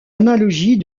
analogie